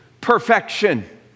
perfection